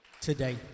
today